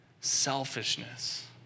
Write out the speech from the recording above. selfishness